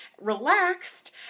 relaxed